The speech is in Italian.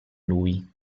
lui